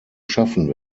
schaffen